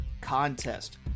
contest